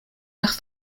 nach